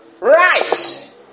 right